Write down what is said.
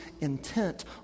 intent